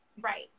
Right